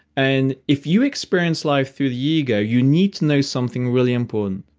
and if you experience life through the ego, you need to know something really important.